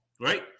right